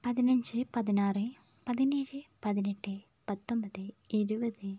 പതിനഞ്ച് പതിനാറ് പതിനേഴ് പതിനെട്ട് പത്തൊമ്പത് ഇരുപത്